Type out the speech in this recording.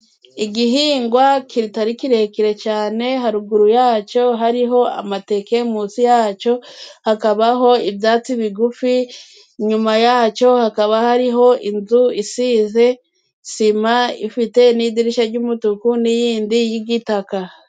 Igihingwa kitari kirekire cyane, haruguru yacyo hariho amateke, munsi yacyo hakabaho ibyatsi bigufi, inyuma yacyo hakaba hariho inzu isize sima ifite n'idirishya ry'umutuku n'iyindi y'igitaka.